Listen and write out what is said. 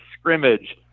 scrimmage